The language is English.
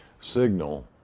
signal